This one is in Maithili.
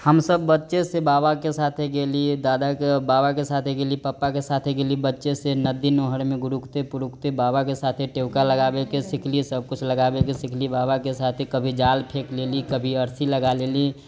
हमसब बच्चे से बाबा के साथे गेली दादा के बाबा के साथे गेली पप्पा के साथे गेली बच्चे से नदी नहर मे गुरुकते पुरुकते बाबा के साथे टेउका लगाबे के सिखली सबकिछु लगाबे के सिखली बाबा के साथे कभी जाल फेक लेली कभी अरसी लगा लेली